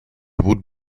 would